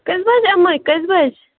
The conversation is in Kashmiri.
کٔژِ بجہِ اِمے کٔژِ بجہِ